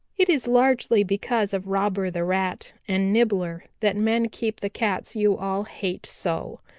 it is largely because of robber the rat and nibbler that men keep the cats you all hate so.